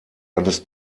eines